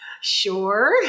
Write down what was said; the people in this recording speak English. Sure